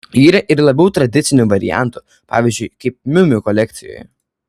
yra ir labiau tradicinių variantų pavyzdžiui kaip miu miu kolekcijoje